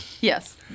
Yes